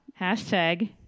Hashtag